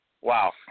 Wow